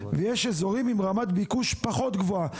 ויש אזורים עם רמת ביקוש פחות גבוהה.